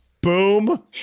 Boom